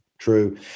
True